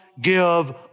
Give